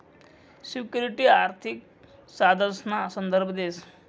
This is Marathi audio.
सिक्युरिटी आर्थिक साधनसना संदर्भ देस